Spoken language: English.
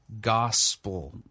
gospel